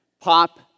pop